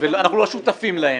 אנחנו לא שותפים להם.